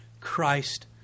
Christ